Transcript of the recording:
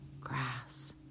grass